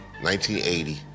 1980